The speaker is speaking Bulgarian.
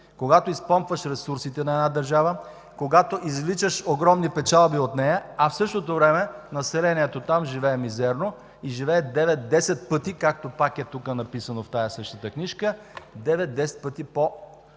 когато изпомпваш ресурсите на една държава, когато извличаш огромни печалби от нея, а в същото време населението там живее мизерно и живее девет, десет пъти – както пак тук е написано в тази същата книжка, по-мизерно